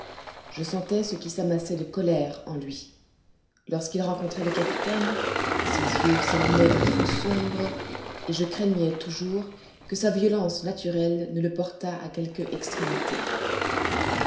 je sentais ce qui s'amassait de colère en lui lorsqu'il rencontrait le capitaine ses yeux s'allumaient d'un feu sombre et je craignais toujours que sa violence naturelle ne le portât à quelque extrémité